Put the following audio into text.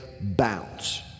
bounce